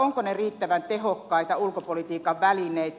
ovatko ne riittävän tehokkaita ulkopolitiikan välineitä